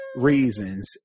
reasons